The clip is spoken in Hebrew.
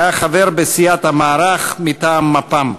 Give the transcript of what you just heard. והיה חבר בסיעת המערך מטעם מפ"ם.